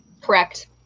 Correct